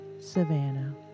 Savannah